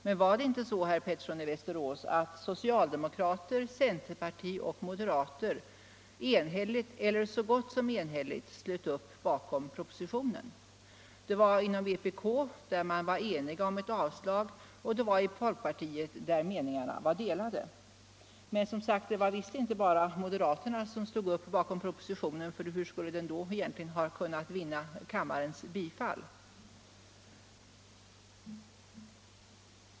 Men var det inte så, herr Pettersson i Västerås, att socialdemokrater, centerpartister och moderater så gott som enhälligt slöt upp bakom propositionen? Inom vpk var man ense om ett avslag och inom folkpartiet var meningarna delade. Men, som sagt, det var visst inte bara moderaterna som stod upp bakom propositionen, för hur skulle den då egentligen kunnat vinna kammarens bifall?